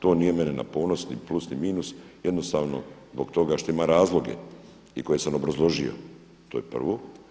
To nije meni na ponos niti plus ni minus, jednostavno zbog toga što imam razloge i koje sam obrazložio, to je prvo.